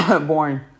Boring